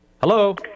Hello